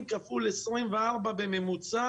כפול 24 בממוצע.